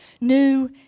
new